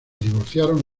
divorciaron